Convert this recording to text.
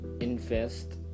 invest